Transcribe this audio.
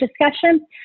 discussion